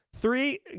Three